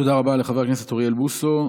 תודה רבה לחבר הכנסת אוריאל בוסו.